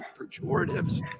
pejoratives